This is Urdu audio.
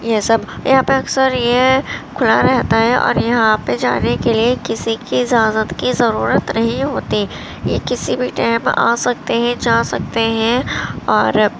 یہ سب یہاں پہ اکثر یہ کھلا رہتا ہے اور یہاں پہ جانے کے لیے کسی کی اجازت کی ضرورت نہیں ہوتی یہ کسی بھی ٹائم آ سکتے ہیں جا سکتے ہیں اور